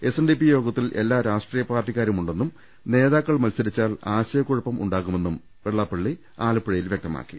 S N D P യോഗത്തിൽ എല്ലാ രാഷ്ട്രീയ പാർട്ടിക്കാരുമുണ്ടെന്നും നേതാക്കൾ മത്സരിച്ചാൽ ആശയക്കുഴപ്പം ഉണ്ടാകുമെന്നും വെള്ളാപ്പള്ളി ആലപ്പുഴയിൽ വ്യക്തമാക്കി